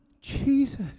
Jesus